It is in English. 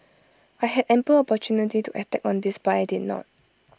I had ample opportunity to attack on this but I did not